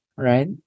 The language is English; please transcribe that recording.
Right